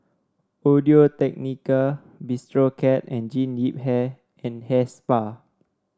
Audio Technica Bistro Cat and Jean Yip Hair and Hair Spa